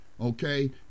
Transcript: okay